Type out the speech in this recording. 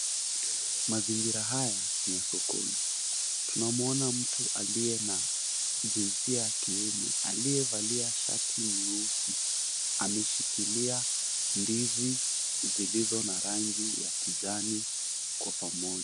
Mazingira haya ni ya sokoni tunaona mtu wa jinsi aya kiume aliyevalia shati nyeusi, ndizi zilizo na rangi ya kijani pamoja.